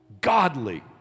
godly